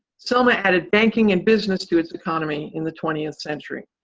selma added banking and business to its economy in the twentieth century.